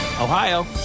Ohio